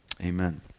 amen